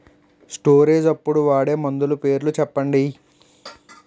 Storage అప్పుడు వాడే మందులు పేర్లు చెప్పండీ?